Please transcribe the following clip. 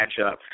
matchup